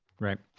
right.